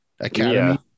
Academy